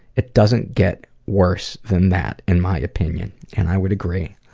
it doesn't get worse than that in my opinion. and i would agree.